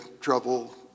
trouble